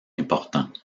importants